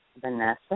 Vanessa